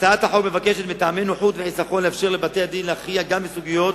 הצעת החוק מבקשת מטעמי נוחות וחיסכון לאפשר לבית-הדין להכריע גם בסוגיות